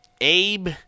Abe